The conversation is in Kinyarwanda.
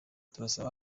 turasaba